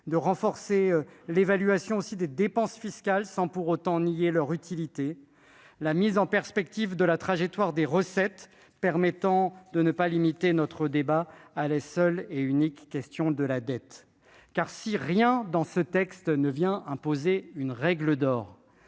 renforcement de l'évaluation des dépenses fiscales- sans pour autant nier leur utilité -, mise en perspective de la trajectoire des recettes, afin de ne pas limiter le débat à la seule et unique question de la dette. En effet, si rien dans ce texte ne vient imposer une « règle d'or